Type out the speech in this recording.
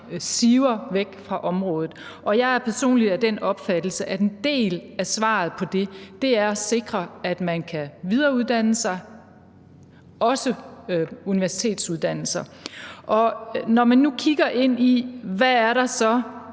siver væk fra området. Jeg er personligt af den opfattelse, at en del af svaret på det er at sikre, at man kan videreuddanne sig, også på universitetsuddannelser. Når man nu kigger ind i, hvad der så